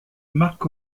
marc